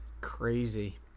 Crazy